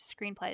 screenplays